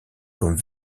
comme